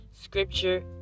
scripture